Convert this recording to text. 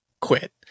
quit